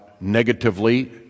negatively